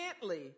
gently